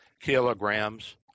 kilograms